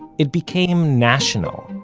it became national,